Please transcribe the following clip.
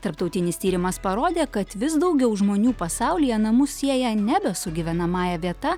tarptautinis tyrimas parodė kad vis daugiau žmonių pasaulyje namus sieja nebe su gyvenamąja vieta